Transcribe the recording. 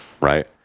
right